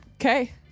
Okay